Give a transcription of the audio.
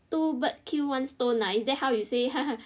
two bird kill one stone ah is that what you say